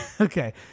Okay